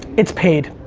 it's paid.